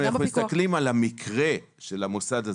אם מסתכלים על המקרה של המוסד הזה,